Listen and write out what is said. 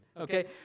okay